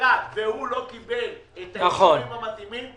שנפתרה והוא לא קיבל את האישורים המתאימים,